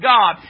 God